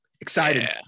Excited